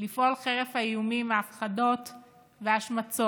לפעול חרף האיומים וההפחדות וההשמצות,